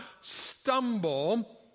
stumble